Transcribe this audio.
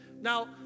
Now